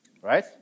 right